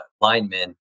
linemen